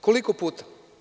Koliko puta?